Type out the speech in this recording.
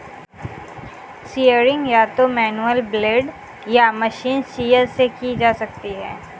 shearing या तो manual blade या मशीन शीयर से की जा सकती है